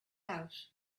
out